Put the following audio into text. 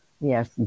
Yes